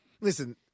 Listen